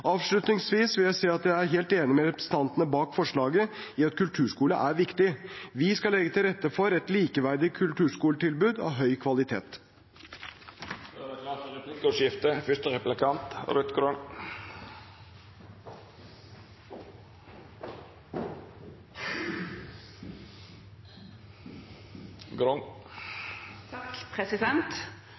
Avslutningsvis vil jeg si at jeg er helt enig med representantene bak forslaget i at kulturskole er viktig. Vi skal legge til rette for et likeverdig kulturskoletilbud av høy kvalitet. Det vert replikkordskifte.